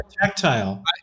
tactile